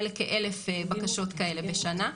לכ-1,000 בקשות כאלה לתסקירים בשנה,